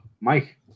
Mike